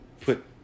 put